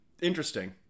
interesting